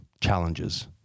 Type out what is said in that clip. challenges